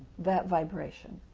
that vibration.